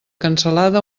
cansalada